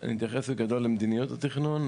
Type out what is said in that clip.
אני אתייחס בגדול למדיניות התכנון,